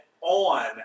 on